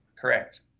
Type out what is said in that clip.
Correct